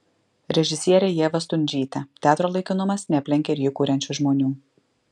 režisierė ieva stundžytė teatro laikinumas neaplenkia ir jį kuriančių žmonių